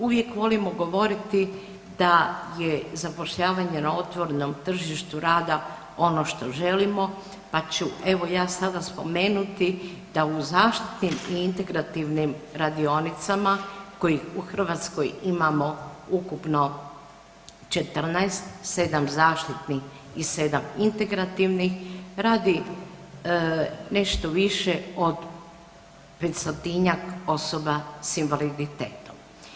Uvijek volimo govoriti da je zapošljavanje na otvorenom tržištu rada ono što želimo pa ću evo ja sada spomenuti da u zaštitnim i integrativnim radionicama kojih u Hrvatskoj imamo ukupno 14, 7 zaštitnih i 7 integrativnih, radi nešto više od 500-tinjak osoba sa invaliditetom.